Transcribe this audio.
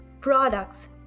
products